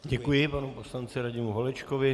Děkuji panu poslanci Radimu Holečkovi.